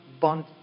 bond